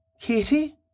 Katie